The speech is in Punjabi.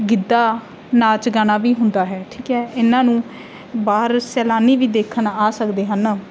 ਗਿੱਧਾ ਨਾਚ ਗਾਣਾ ਵੀ ਹੁੰਦਾ ਹੈ ਠੀਕ ਹੈ ਇਹਨਾਂ ਨੂੰ ਬਾਹਰ ਸੈਲਾਨੀ ਵੀ ਦੇਖਣ ਆ ਸਕਦੇ ਹਨ